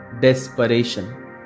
desperation